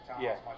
yes